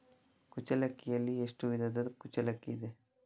ಕುಚ್ಚಲಕ್ಕಿಯಲ್ಲಿ ಎಷ್ಟು ವಿಧದ ಕುಚ್ಚಲಕ್ಕಿ ಇದೆ?